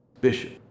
bishop